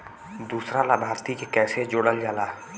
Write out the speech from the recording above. दूसरा लाभार्थी के कैसे जोड़ल जाला?